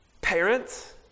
parents